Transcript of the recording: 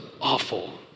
awful